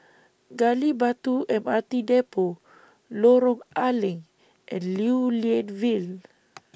Gali Batu M R T Depot Lorong A Leng and Lew Lian Vale